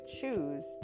choose